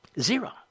Zero